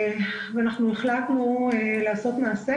אנחנו החלטנו לעשות מעשה